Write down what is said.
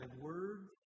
words